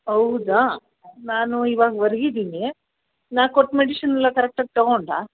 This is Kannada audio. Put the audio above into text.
ಹೌದಾ ನಾನು ಇವಾಗ ಹೊರ್ಗ್ ಇದ್ದೀನಿ ನಾ ಕೊಟ್ಟ ಮೆಡಿಷನೆಲ್ಲ ಕರೆಕ್ಟಾಗಿ ತಗೊಂಡ್ಯಾ